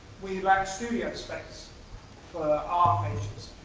we lack studio space for our ah pages.